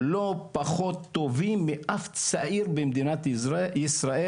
לא פחות טובים מאף צעיר במדינת ישראל,